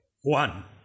juan